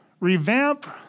revamp